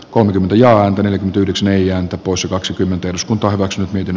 kolmekymmentä ja yhdeksän eija tapossa kaksikymmentä eduskunta hyväksyi miten